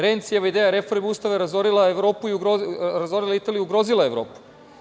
Rencijeva ideja reforme ustava je razorila Evropu i razorila Italiju, ugrozila Evropu.